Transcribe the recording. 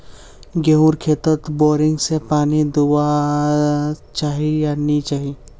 गेँहूर खेतोत बोरिंग से पानी दुबा चही या नी चही?